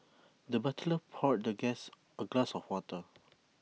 the butler poured the guest A glass of water